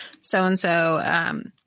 so-and-so